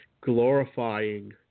glorifying